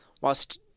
whilst